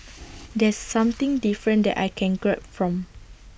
that's something different that I can grab from